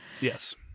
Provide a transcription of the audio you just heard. Yes